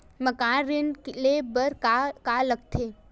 मकान ऋण ले बर का का लगथे?